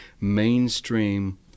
mainstream